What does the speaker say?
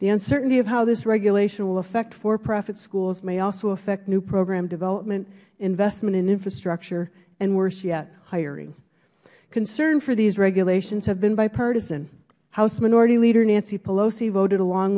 the uncertainty of how this regulation will affect for profit schools may also affect new program development investment and infrastructure and worse yet hiring concern for these regulations has been bipartisan house minority leader nancy pelosi voted along